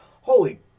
holy